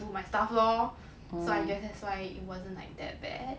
do my stuff lor so I guess that's why it wasn't like that bad